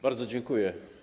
Bardzo dziękuję.